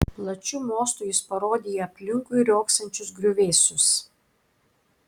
plačiu mostu jis parodė į aplinkui riogsančius griuvėsius